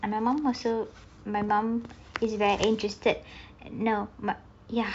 and my mum also my mum is very interested and no my ya